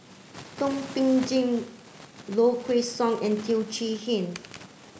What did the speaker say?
Thum Ping Tjin Low Kway Song and Teo Chee Hean